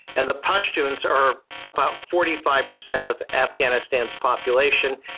and the pashtuns are about forty five percent of afghanistan's population.